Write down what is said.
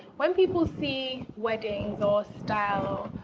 when people see weddings or style,